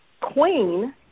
queen